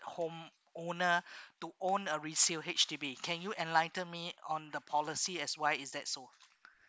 home owner to own a resale H_D_B can you enlighten me on the policy as why is that so